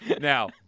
Now